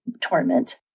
torment